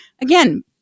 again